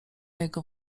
jego